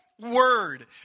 word